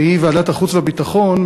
והיא ועדת החוץ והביטחון,